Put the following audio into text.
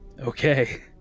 Okay